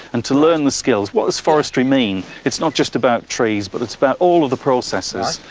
and to learn the skills. what does forestry mean? it's not just about trees, but it's about all of the processes,